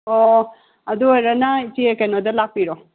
ꯑꯣ ꯑꯗꯨ ꯑꯣꯏꯔꯒꯅ ꯏꯆꯦ ꯀꯩꯅꯣꯗ ꯂꯥꯛꯄꯤꯔꯣ